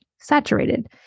saturated